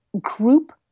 group